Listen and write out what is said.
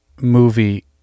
movie